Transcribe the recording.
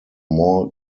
more